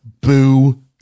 Boo